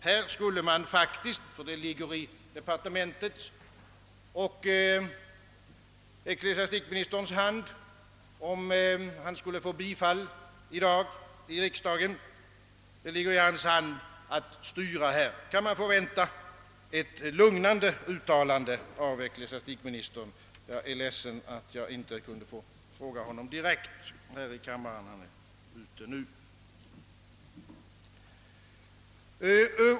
Här borde man faktiskt — ty detta ligger i departementets och ecklesiastikministerns hand i händelse av bifall till propositionen i dag — förvänta ett lugnande uttalande av ecklesiastikministern. Jag är ledsen, att jag inte kan rikta frågan till honom direkt här i kammaren, eftersom han nu är ute.